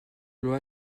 loi